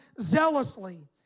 zealously